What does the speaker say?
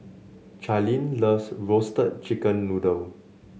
Charline loves Roasted Chicken Noodle